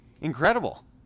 Incredible